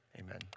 amen